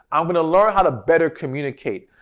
i'm going to learn how to better communicate,